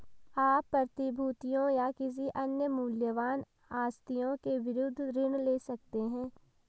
आप प्रतिभूतियों या किसी अन्य मूल्यवान आस्तियों के विरुद्ध ऋण ले सकते हैं